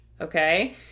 Okay